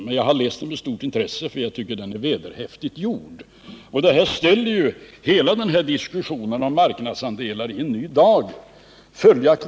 Men jag har läst den med stort intresse — jag tycker den är vederhäftigt gjord. Det här ställer hela diskussionen om marknadsandelar i en ny dager.